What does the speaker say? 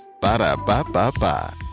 Ba-da-ba-ba-ba